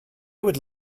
would